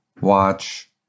Watch